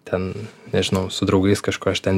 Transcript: ten nežinau su draugais kažko aš ten